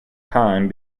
time